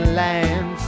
land